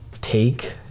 take